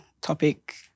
topic